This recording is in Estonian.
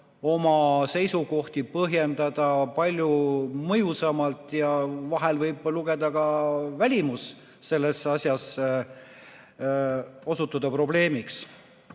oma seisukohti põhjendada palju mõjusamalt ja vahel võib ka välimus selles asjas osutuda probleemiks.